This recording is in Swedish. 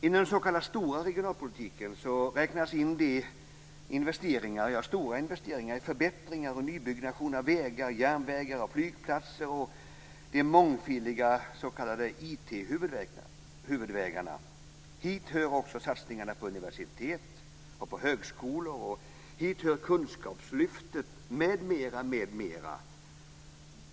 Inom den s.k. stora regionalpolitiken räknas in de stora investeringarna i förbättringar och nybyggnation av vägar, järnvägar och flygplatser och de mångfiliga s.k. IT-huvudvägarna. Hit hör satsningarna på universitet och högskolor, och hit hör kunskapslyftet m.m.